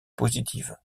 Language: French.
positive